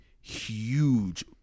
huge